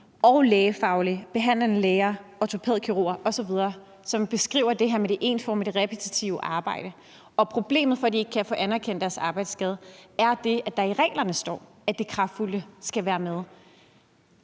og lægefaglige, behandlende læger, ortopædkirurger osv., som beskriver det her med det ensformige og repetitive arbejde. Grunden til, at de ikke kan få anerkendt deres arbejdsskade, er, at der i reglerne står, at der skal være